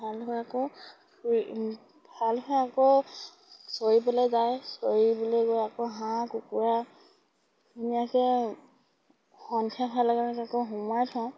ভাল হৈ আকৌ ফুৰি ভাল হৈ আকৌ চৰিবলৈ যায় চৰিবলৈ গৈ আকৌ হাঁহ কুকুৰা ধুনীয়াকৈ সন্ধিয়া হোৱাৰ লগে লগে আকৌ সোমাই থওঁ